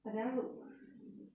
but that [one] looks